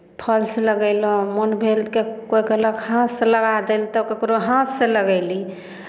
falls लगेलहुँ मोन भेल क् कोइ कहलक हाथसँ लगा दै लए तऽ ककरो हाथसँ लगयली